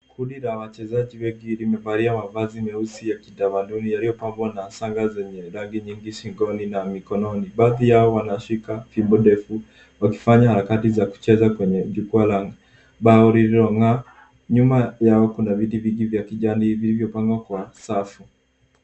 Kundi la wachezaji wengi limevalia mavazi meusi ya kitamaduni yaliyopambwa na shanga zenye rangi nyingi shingoni na mikononi. Baadhi yao wanashika fimbo ndefu wakifanya harakati za kucheza kwenye jukwaa la mbao lililong'aa. Nyuma yao kuna viti vingi vya kijani vilivyopangwa kwa safu.